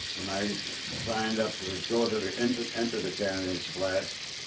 when i signed up to go to the enter enter the candidates' class.